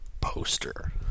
poster